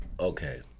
okay